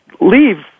leave